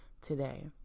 today